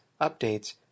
updates